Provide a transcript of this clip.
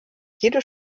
jede